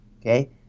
Okay